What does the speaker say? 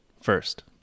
first